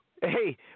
hey